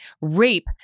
rape